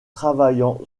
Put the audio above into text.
travaillant